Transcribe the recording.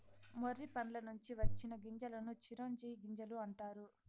మొర్రి పండ్ల నుంచి వచ్చిన గింజలను చిరోంజి గింజలు అంటారు